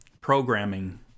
programming